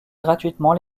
gratuitement